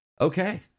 Okay